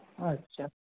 अच्छा